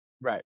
Right